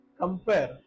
compare